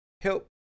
help